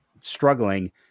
struggling